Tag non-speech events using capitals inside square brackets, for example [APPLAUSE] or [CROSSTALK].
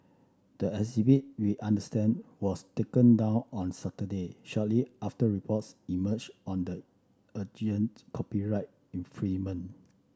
the exhibit we understand was taken down on Saturday shortly after reports emerged on the [UNINTELLIGIBLE] copyright [UNINTELLIGIBLE]